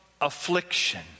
affliction